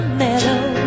meadow